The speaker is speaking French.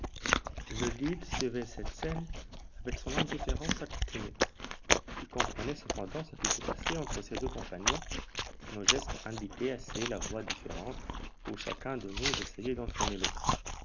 le guide suivait cette scène avec son indifférence accoutumée il comprenait cependant ce qui se passait entre ses deux compagnons nos gestes indiquaient assez la voie différente où chacun de nous essayait d'entraîner l'autre